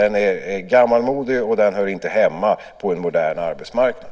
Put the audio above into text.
Den är gammalmodig, och den hör inte hemma på en modern arbetsmarknad.